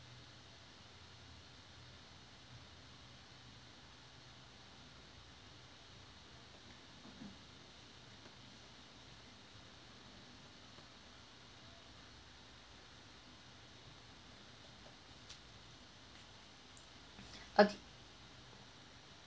okay